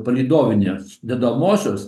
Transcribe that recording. palydovinės dedamosios